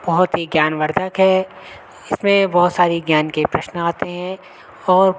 बहुत ही ज्ञानवर्धक है इसमें बहुत सारे ज्ञान के प्रश्न आते हैं और